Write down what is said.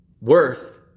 worth